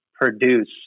produce